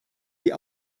sie